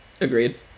Agreed